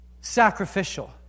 sacrificial